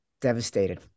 devastated